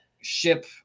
ship